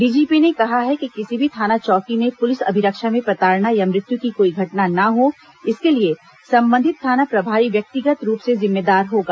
DGP ने कहा है कि किसी भी थाना चौकी में पुलिस अभिरक्षा में प्रताड़ना या मृत्यु की कोई घटना न हो इसके लिए संबंधित थाना प्रभारी व्यक्तिगत रूप से जिम्मेदार होगा